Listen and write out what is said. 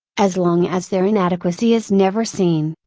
as long as their inadequacy is never seen,